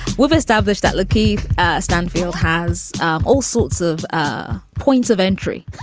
we've established that look keith stanfield has all sorts of ah points of entry.